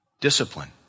discipline